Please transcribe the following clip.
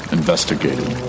investigated